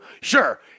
sure